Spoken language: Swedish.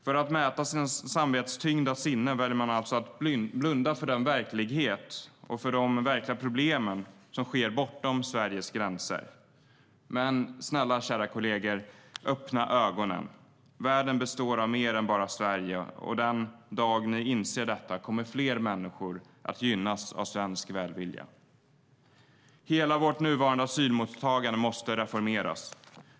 För att mätta sina samvetstyngda sinnen väljer man att blunda för verkligheten och för de verkliga problem som sker bortom Sveriges gränser. Men snälla, kära kollegor öppna ögonen! Världen består av mer än bara Sverige, och den dag ni inser detta kommer fler människor att gynnas av svensk välvilja. Hela vårt nuvarande asylmottagande måste reformeras.